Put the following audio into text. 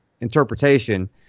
interpretation